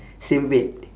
same weight